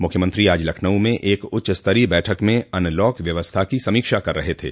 मुख्यमंत्री आज लखनऊ में एक उच्च स्तरीय बैठक में अनलॉक व्यवस्था की समीक्षा कर रहे थे